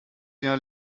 jahr